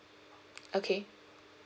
okay